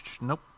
Nope